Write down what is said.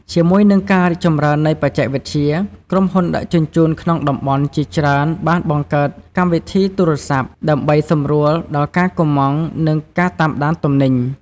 ជាមួយនឹងការរីកចម្រើននៃបច្ចេកវិទ្យា ក្រុមហ៊ុនដឹកជញ្ជូនក្នុងតំបន់ជាច្រើនបានបង្កើតកម្មវិធីទូរស័ព្ទដើម្បីសម្រួលដល់ការកម្ម៉ង់និងការតាមដានទំនិញ។